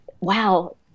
wow